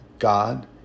God